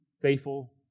faithful